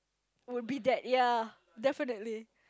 would be that ya definitely